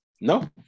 No